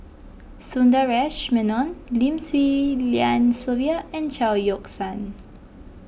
Sundaresh Menon Lim Swee Lian Sylvia and Chao Yoke San